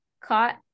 caught